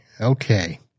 Okay